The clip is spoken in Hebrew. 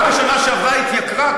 רק בשנה שעברה היא התייקרה,